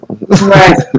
right